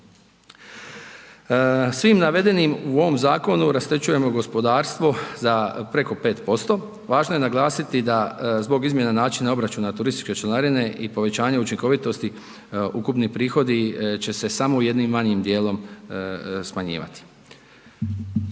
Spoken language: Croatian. Svim navedenim u ovom zakonu rasterećujemo gospodarstvo za preko 5%, važno je naglasiti da zbog izmjene načina obračuna turističke članarine i o povećanja učinkovitosti ukupni prihodi će se samo u jednim manjim dijelom smanjivati.